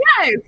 Yes